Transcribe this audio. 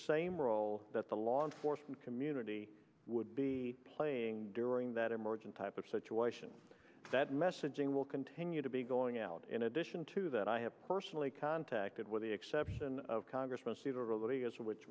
same role that the law enforcement community would be playing during that emergent type of situation that messaging will continue to be going out in addition to that i have personally contacted with the exception of congressman